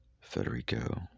Federico